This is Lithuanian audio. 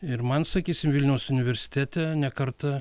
ir man sakysim vilniaus universitete ne kartą